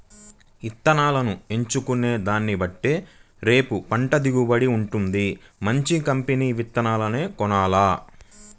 ఇత్తనాలను ఎంచుకునే దాన్నిబట్టే రేపు పంట దిగుబడి వుంటది, మంచి కంపెనీ విత్తనాలనే కొనాల